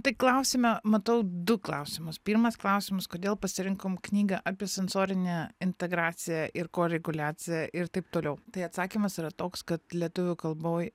tai klausime matau du klausimus pirmas klausimas kodėl pasirinkom knygą apie sensorinę integraciją ir koreguliaciją ir taip toliau tai atsakymas yra toks kad lietuvių kalboj